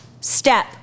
step